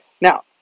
Now